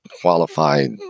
qualified